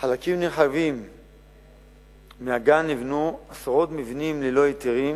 בחלקים נרחבים מהגן נבנו עשרות מבנים ללא היתרים